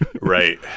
Right